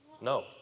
No